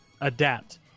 Adapt